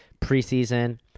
preseason